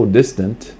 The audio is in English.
distant